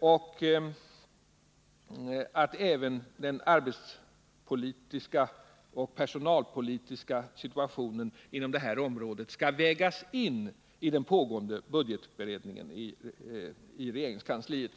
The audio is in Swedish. och att även den arbetsoch personalpolitiska situationen på det här området skall vägas in i den pågående budgetberedningen i regeringskansliet.